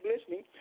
listening